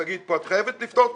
שגית, את חייבת לפתור את